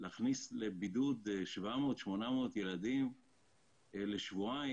מה זה אומר להכניס לבידוד 700-800 ילדים לבידוד לשבועיים?